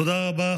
תודה רבה.